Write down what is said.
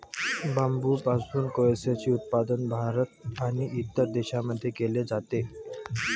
बांबूपासून कोळसेचे उत्पादन भारत आणि इतर देशांमध्ये केले जाते